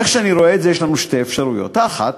איך שאני רואה את זה, יש לנו שתי אפשרויות: האחת,